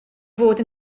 fod